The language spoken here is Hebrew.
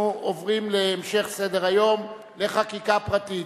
אנחנו עוברים להמשך סדר-היום, לחקיקה פרטית.